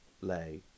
lay